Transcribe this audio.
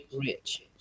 rich